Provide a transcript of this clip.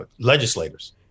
legislators